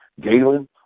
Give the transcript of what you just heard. Galen